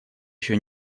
еще